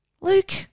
Luke